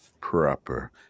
Proper